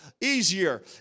easier